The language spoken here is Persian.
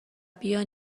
بیا